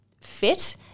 fit